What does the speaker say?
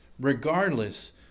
regardless